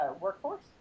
workforce